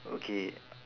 okay